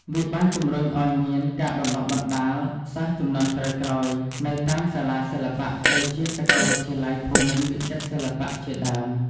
វាបានជំរុញឱ្យមាន ការបណ្តុះបណ្តាល សិស្សជំនាន់ក្រោយៗនៅតាមសាលាសិល្បៈដូចជាសាកលវិទ្យាល័យភូមិន្ទវិចិត្រសិល្បៈជាដើម។